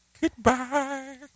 goodbye